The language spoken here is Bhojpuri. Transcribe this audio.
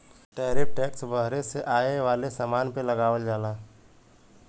टैरिफ टैक्स बहरे से आये वाले समान पे लगावल जाला